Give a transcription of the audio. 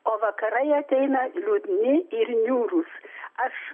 o vakarai ateina liūdni ir niūrūs aš